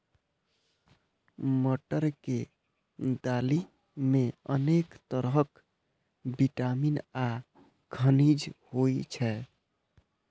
मटर के दालि मे अनेक तरहक विटामिन आ खनिज होइ छै